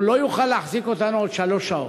הוא לא יוכל להחזיק אותנו עוד שלוש שעות.